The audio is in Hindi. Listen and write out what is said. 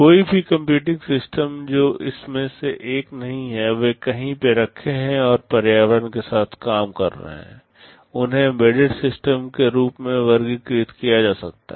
कोई भी कंप्यूटिंग सिस्टम जो इनमें से एक नहीं है वे कहीं पे रखे हैं और पर्यावरण के साथ काम कर रहे हैं उन्हें एम्बेडेड सिस्टम के रूप में वर्गीकृत किया जा सकता है